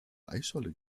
eisscholle